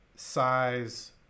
size